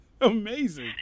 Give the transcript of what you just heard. Amazing